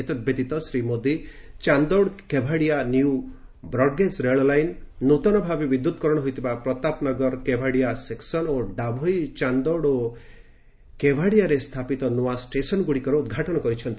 ଏତଦ୍ବ୍ୟତୀତ Shri Modi Chandod Kevadia new broad gauge ରେଳ line ନୂତନଭାବେ ବିଦ୍ୟୁତକରଣ ହୋଇଥିବା ପ୍ରତାପ ନଗର କେବାଡ଼ିଆ ସେକ୍ସନ୍ ଓ ଡାଭୋଇ ଚାନ୍ଦୋଡ୍ ଓ କେବାଡ଼ିଆରେ ସ୍ଥାପିତ ନୂଆ ଷ୍ଟେସନ୍ଗୁଡ଼ିକର ଉଦ୍ଘାଟନ କରିଛନ୍ତି